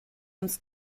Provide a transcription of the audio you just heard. uns